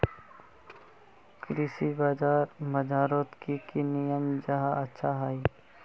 कृषि बाजार बजारोत की की नियम जाहा अच्छा हाई?